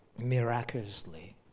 miraculously